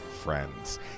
Friends